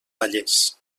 vallès